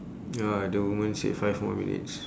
ya the woman said five more minutes